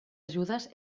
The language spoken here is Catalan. ajudes